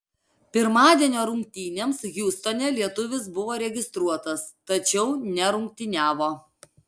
pirmadienio rungtynėms hjustone lietuvis buvo registruotas tačiau nerungtyniavo